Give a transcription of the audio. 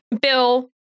Bill